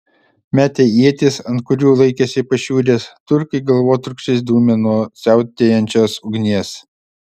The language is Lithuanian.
metę ietis ant kurių laikėsi pašiūrės turkai galvotrūkčiais dūmė nuo siautėjančios ugnies